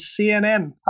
CNN